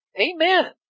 Amen